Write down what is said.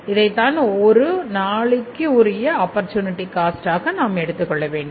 இதைத்தான் ஒரு நாளுக்கு உரிய ஆப்பர்சூனிட்டிகாஸ்ட்டாக எடுத்துக்கொள்ளவேண்டும்